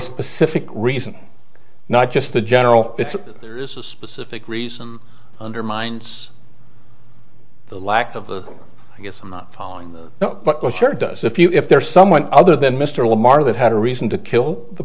specific reason not just the general it's there is a specific reason undermines the lack of the i guess i'm not following now but i sure does if you if there's someone other than mr lamar that had a reason to kill the